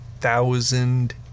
thousand